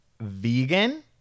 vegan